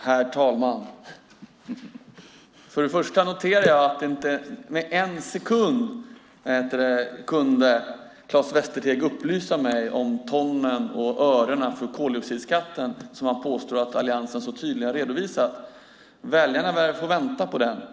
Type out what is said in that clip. Herr talman! Först och främst noterar jag att Claes Västerteg över huvud taget inte kunde upplysa mig om antal ton och ören i fråga om koldioxidskatten som han påstår att Alliansen så tydligt har redovisat. Väljarna lär få vänta på det.